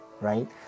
right